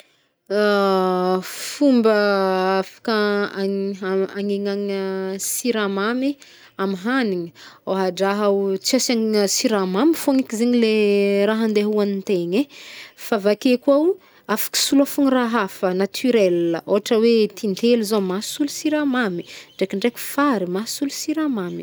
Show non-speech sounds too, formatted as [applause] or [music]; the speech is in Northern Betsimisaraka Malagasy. [hesitation] Fomba [hesitation] afaka [hesitation] agn- ha- agnegnagna [hesitation] siramamy am hagnigny. Ôhadra o tsy asiagna siramamy fôgna eky zegny le [hesitation] raha nde hoagnigntegna e. Fa avake kô, afaka solôfina raha hafa naturel, ôhatra hoe tintely zao mahasolo siramamy, ndraikindraiky fary, mahasolo siramamy.